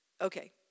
Okay